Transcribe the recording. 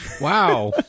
Wow